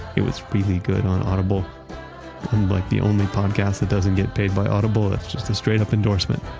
it was really good on audible. i'm like the only podcast that doesn't get paid by audible. that's just straight up endorsement.